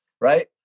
right